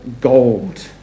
gold